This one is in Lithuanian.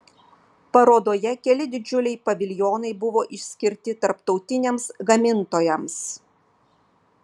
parodoje keli didžiuliai paviljonai buvo išskirti tarptautiniams gamintojams